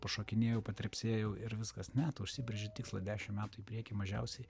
pašokinėjau patrepsėjau ir viskas ne tu užsibrėži tikslą dešim metų į priekį mažiausiai